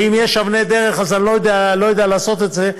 ואם יש אבני דרך אז אני לא יודע לעשות את זה.